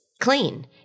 clean